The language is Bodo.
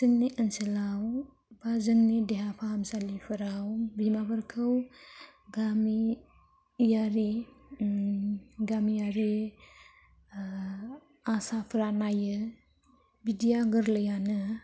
जोंनि ओनसोलाव बा जोंनि देहा फाहामसालिफोराव बिमाफोरखौ गामियारि गामियारि आसाफोरा नायो बिदिया गोरलैयानो